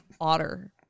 otter